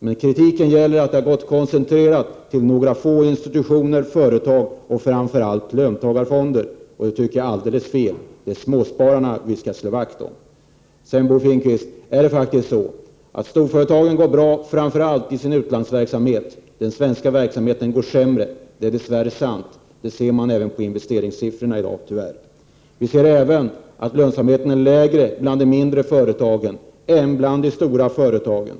Men kritiken gäller att detta har koncentrerats till några få institutioner, företag och framför allt löntagarfonder, vilket jag tycker är alldeles fel. Det är småspararna vi skall slå vakt om. Bo Finnkvist! Storföretagen går faktiskt bra framför allt i sin utlandsverksamhet. Den svenska verksamheten går sämre — det är dess värre sant, vilket tyvärr syns på investeringssiffrorna. Man kan även se att lönsamheten är sämre bland de mindre företagen än bland de stora företagen.